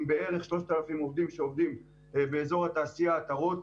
בערך 3,000 עובדים שעובדים באזור התעשייה עטרות.